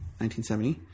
1970